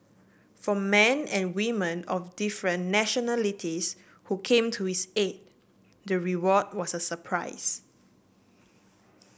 for men and women of different nationalities who came to his aid the reward was a surprise